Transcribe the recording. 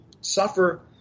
suffer